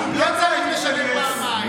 למה אתה רוצה לתת מתנות מיותרות לטייקונים?